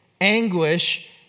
anguish